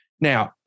now